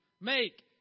Make